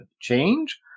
change